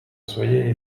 своєї